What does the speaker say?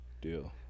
Deal